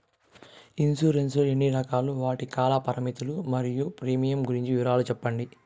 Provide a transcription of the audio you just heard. Insurance లు ఎన్ని రకాలు? వాటి కాల పరిమితులు మరియు ప్రీమియం గురించి వివరాలు సెప్పండి?